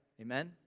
Amen